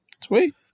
Sweet